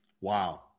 Wow